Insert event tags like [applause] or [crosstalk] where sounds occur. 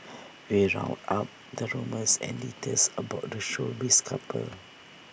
we round up the rumours and details about the showbiz couple [noise]